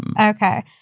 Okay